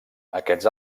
aquests